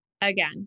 again